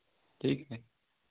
ठीक है